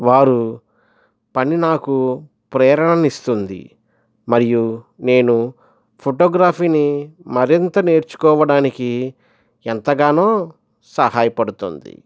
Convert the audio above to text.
వారు పని నాకు ప్రేరణను ఇస్తుంది మరియు నేను ఫోటోగ్రఫీని మరింత నేర్చుకోవడానికి ఎంతగానో సహాయపడుతుంది